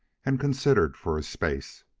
and considered for a space.